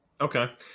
Okay